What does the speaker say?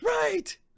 right